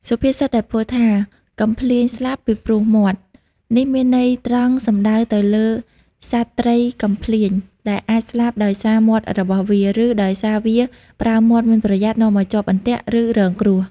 សុភាសិតដែលពោលថា កំភ្លាញស្លាប់ពីព្រោះមាត់ នេះមានន័យត្រង់សំដៅទៅលើសត្វត្រីកំភ្លាញ ដែលអាចស្លាប់ដោយសារមាត់របស់វា ឬដោយសារវាប្រើមាត់មិនប្រយ័ត្ននាំឲ្យជាប់អន្ទាក់ ឬរងគ្រោះ។